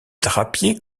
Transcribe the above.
drapier